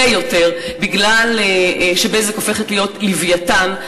יותר מפני ש"בזק" הופכת להיות לווייתן,